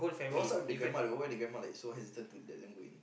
but what's up with the grandma why the grandma like so hesitant to let them do it